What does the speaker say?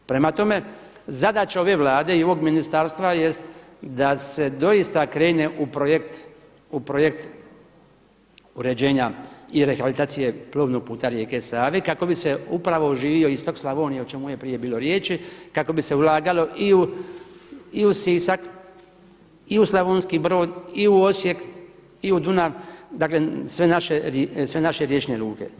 Prema tome, zadaća ove Vlade i ovog ministarstva jest da se doista krene u projekt uređenja i rehabilitacije plovnog puta rijeke Save kako bi se upravo oživio istok Slavonije o čemu je prije bilo riječi kako bi se ulagalo i u Sisak i u Slavonski Brod i u Osijek i u Dunav, dakle sve naše riječne luke.